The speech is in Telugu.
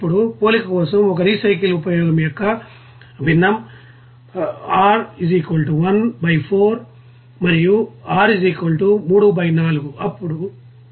ఇప్పుడు పోలిక కోసం ఒక రీసైకిల్ ఉపయోగం యొక్క భిన్నం r 1 బై 4 మరియు r 3 బై 4